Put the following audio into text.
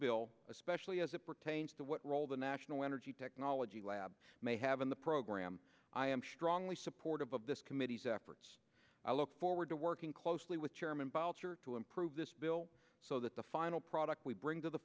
bill especially as it pertains to what role the national energy technology lab may have in the program i am strongly supportive of this committee's efforts i look forward to working closely with chairman boucher to improve this bill so that the final product we bring to the